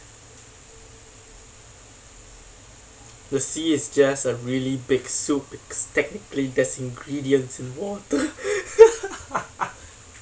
the sea is just a really big soup technically there's ingredients in water